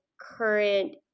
current